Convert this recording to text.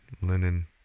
linen